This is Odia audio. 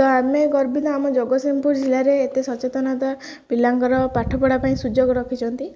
ତ ଆମେ ଗର୍ବିତ ଆମ ଜଗତସିଂହପୁର ଜିଲ୍ଲାରେ ଏତେ ସଚେତନତା ପିଲାଙ୍କର ପାଠପଢ଼ା ପାଇଁ ସୁଯୋଗ ରଖିଛନ୍ତି